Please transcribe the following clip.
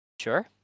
sure